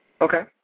Okay